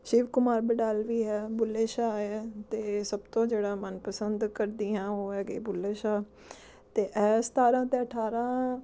ਸ਼ਿਵ ਕੁਮਾਰ ਬਟਾਲਵੀ ਹੈ ਬੁੱਲੇ ਸ਼ਾਹ ਆਇਆ ਅਤੇ ਸਭ ਤੋਂ ਜਿਹੜਾ ਮਨ ਪਸੰਦ ਕਰਦੀ ਹਾਂ ਉਹ ਹੈਗੇ ਬੁੱਲੇ ਸ਼ਾਹ ਅਤੇ ਐ ਸਤਾਰਾਂ ਅਤੇ ਅਠਾਰਾਂ